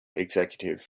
executive